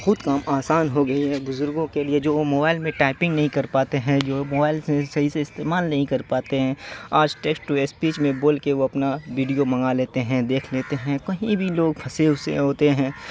بہت کام آسان ہو گئی ہے بزرگوں کے لیے جو وہ موبائل میں ٹائپنگ نہیں کر پاتے ہیں جو موبائل سے صحیح سے استعمال نہیں کر پاتے ہیں آج ٹیکسٹ ٹو اسپیچ میں بول کے وہ اپنا ویڈیو منگا لیتے ہیں دیکھ لیتے ہیں کہیں بھی لوگ پھنسے وسے ہوتے ہیں